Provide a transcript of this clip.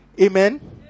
Amen